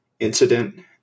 Incident